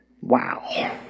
Wow